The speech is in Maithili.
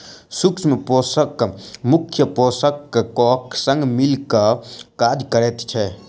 सूक्ष्म पोषक मुख्य पोषकक संग मिल क काज करैत छै